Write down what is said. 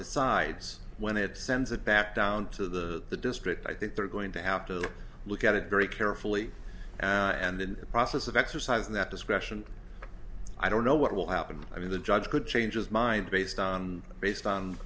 decides when it sends it back down to the the district i think they're going to have to look at it very carefully and in the process of exercise that discretion i don't know what will happen i mean the judge could change his mind based on based on